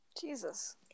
Jesus